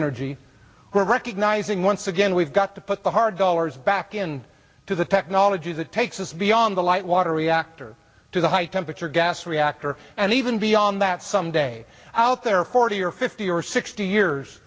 energy we're recognizing once again we've got to put the hard dollars back in to the technologies that takes us beyond the light water reactor to the high temperature gas reactor and even beyond that some day out there forty or fifty or sixty years